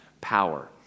power